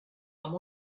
amb